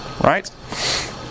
right